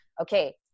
Okay